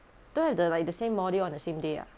don't have the like the same module on the same day ah